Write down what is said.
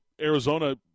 Arizona